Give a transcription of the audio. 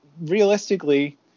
realistically